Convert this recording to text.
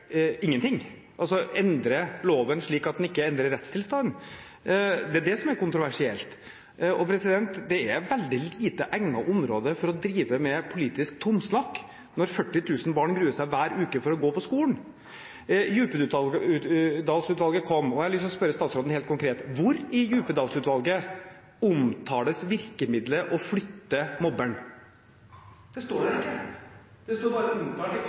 ingenting, altså å endre loven slik at den ikke endrer rettstilstanden, det er det som er kontroversielt. Det er et veldig lite egnet område å drive med politisk tomsnakk på når 40 000 barn hver uke gruer seg til å gå på skolen. Djupedal-utvalgets utredning kom, og jeg har lyst til å spørre statsråden helt konkret: Hvor i Djupedal-utvalgets utredning omtales virkemiddelet å flytte mobberen? Det står ikke der. Det står bare omtalt i ordensreglementet og den rettslige hjemmelen rundt det.